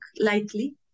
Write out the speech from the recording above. lightly